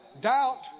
Doubt